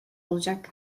olacak